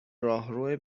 راهرو